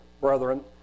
brethren